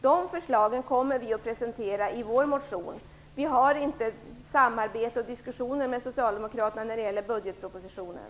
De förslagen kommer vi att presentera i vår motion. Vi har inte samarbete och diskussioner med socialdemokraterna när det gäller budgetpropositionen.